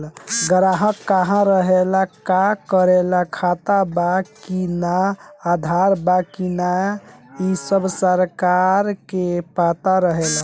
ग्राहक कहा रहेला, का करेला, खाता बा कि ना, आधार बा कि ना इ सब सरकार के पता रहेला